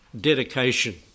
dedication